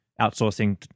outsourcing